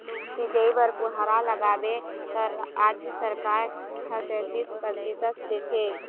सिंचई बर फुहारा लगाबे त राज सरकार ह सैतीस परतिसत देथे